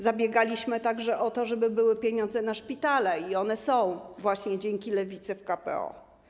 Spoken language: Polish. Zabiegaliśmy także o to, żeby były pieniądze na szpitale, i one są właśnie dzięki Lewicy uwzględnione w KPO.